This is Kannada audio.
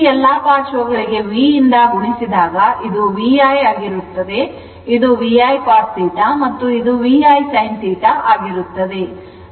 ಈ ಎಲ್ಲಾ ಪಾರ್ಶ್ವಗಳಿಗೆ V ಇಂದ ಗುಣಿಸಿದಾಗ ಇದು VI ಆಗಿರುತ್ತದೆ ಇದು VI cos θ ಮತ್ತು ಇದು VI sin θ ಆಗಿರುತ್ತದೆ